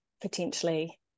potentially